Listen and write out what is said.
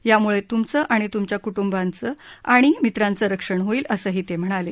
यामुळे तुमचं आणि तुमच्या कुटुंबांचं आणि मित्रांचं रक्षण होईल असंही ते म्हणाले